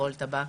אלכוהול וטבק,